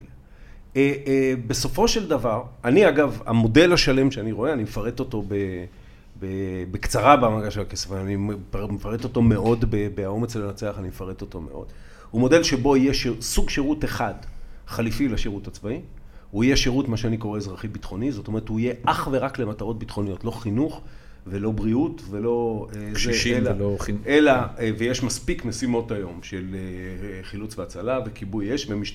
בסופו של דבר, אני אגב המודל השלם שאני רואה, אני מפרט אותו בקצרה בהעמקה של הכסף, אני מפרט אותו מאוד באומץ לנצח, אני מפרט אותו מאוד, הוא מודל שבו יש סוג שירות אחד חליפי לשירות הצבאי, הוא יהיה שירות מה שאני קורא אזרחי ביטחוני, זאת אומרת הוא יהיה אך ורק למטרות ביטחוניות, לא חינוך ולא בריאות ולא... קשישים ולא חינוך. אלא, ויש מספיק משימות היום של חילוץ והצלה וכיבוי, ויש מש...